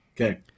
Okay